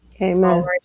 Amen